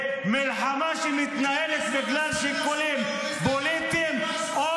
מלחמה שמתנהלת בגלל שיקולים פוליטיים ----- טרוריסטים